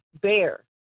bear